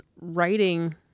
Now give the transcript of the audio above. writing